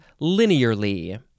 linearly